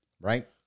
right